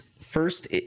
first